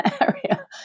area